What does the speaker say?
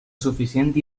suficient